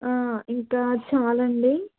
ఇంకా చాలండి